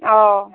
অ'